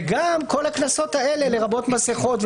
וגם כל הקנסות האלה לרבות מסכות,